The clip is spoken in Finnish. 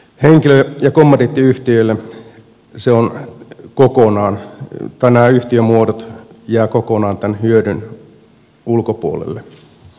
henkilö ja kommandiittiyhtiöt nämä yhtiömuodot jäävät kokonaan tämän hyödyn ulkopuolelle